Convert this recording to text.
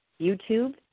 YouTube